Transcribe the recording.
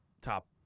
top